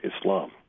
Islam